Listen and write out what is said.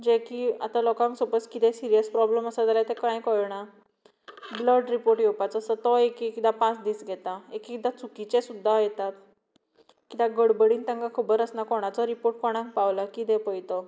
जे की आतां लोकांक सपोज कितें सिरीयस प्रोबलम आसा जाल्यार ते कांय कळना ब्लड रिपोर्ट येवपाचो आसा तो एक एकदां पांच दीस घेता एक एक्दां चुकीचे सुद्दां दितात कित्याक गडबडीन तांका खबर आसना कोणाचो रिपोर्ट कोणाक पावलो कितें पळय तो